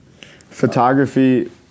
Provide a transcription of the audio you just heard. Photography